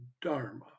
Dharma